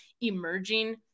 emerging